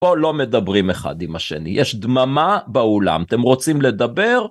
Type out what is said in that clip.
פה לא מדברים אחד עם השני, יש דממה באולם, אתם רוצים לדבר?